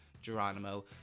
Geronimo